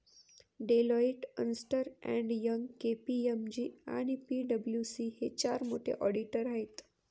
Deloitte, अस्न्टर and Young, KPMG आणि पी.डब्ल्यू.सी हे चार मोठे ऑडिटर आहेत